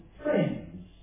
friends